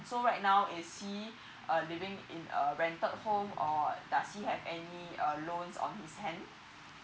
so right now is he uh living in a rented home or does he has any uh loan on his hand